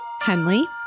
Henley